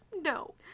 No